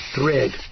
thread